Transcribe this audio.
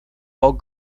all